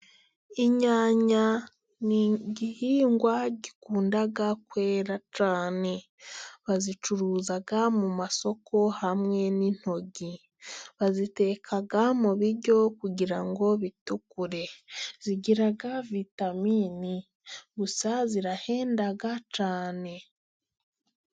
Inyanya ni igihingwa gikunda kwera cyane. Bazicuruza mu masoko hamwe n'intoki. Baziteka mu biryo kugira ngo bitukure. Zigira vitaminini gusa zirahenda cyane.